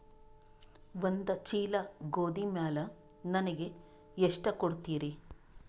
ಒಂದ ಚೀಲ ಗೋಧಿ ಮ್ಯಾಲ ನನಗ ಎಷ್ಟ ಕೊಡತೀರಿ?